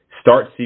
start